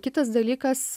kitas dalykas